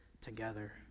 together